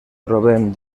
trobem